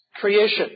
creation